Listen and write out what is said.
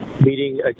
meeting